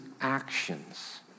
actions